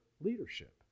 leadership